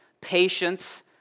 patience